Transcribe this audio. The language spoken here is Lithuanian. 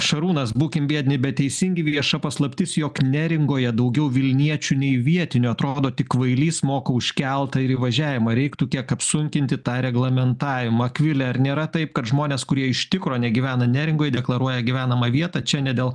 šarūnas būkim biedni bet teisingi vieša paslaptis jog neringoje daugiau vilniečių nei vietinių atrodo tik kvailys moka už keltą ir įvažiavimą reiktų kiek apsunkinti tą reglamentavimą akvilė ar nėra taip kad žmonės kurie iš tikro negyvena neringoj deklaruoja gyvenamą vietą čia ne dėl